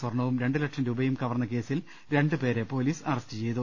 സ്വർണ്ണവും രണ്ടു ലക്ഷം രൂപയും കവർന്ന കേസിൽ രണ്ടുപേരെ പൊലീസ് അറസ്റ്റ് ചെയ്തു